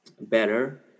better